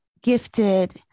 gifted